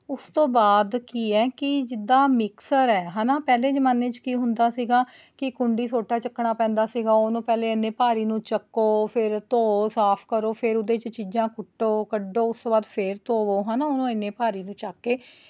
ਉਸ ਤੋਂ ਬਾਅਦ ਕੀ ਹੈ ਕਿ ਜਿੱਦਾਂ ਮਿਕਸਰ ਹੈ ਹੈ ਨਾ ਪਹਿਲੇ ਜ਼ਮਾਨੇ 'ਚ ਕੀ ਹੁੰਦਾ ਸੀਗਾ ਕਿ ਕੁੰਡੀ ਸੋਟਾ ਚੱਕਣਾ ਪੈਂਦਾ ਸੀਗਾ ਉਹਨੂੰ ਪਹਿਲੇ ਇੰਨੇ ਭਾਰੀ ਨੂੰ ਚੱਕੋ ਫਿਰ ਧੋਵੋ ਸਾਫ਼ ਕਰੋ ਫਿਰ ਉਹਦੇ 'ਚ ਚੀਜ਼ਾਂ ਕੁੱਟੋ ਕੱਢੋ ਉਸ ਤੋਂ ਬਾਅਦ ਫਿਰ ਧੋਵੋ ਹੈ ਨਾ ਉਹਨੂੰ ਇੰਨੇ ਭਾਰੀ ਨੂੰ ਚੱਕ ਕੇ